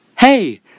Hey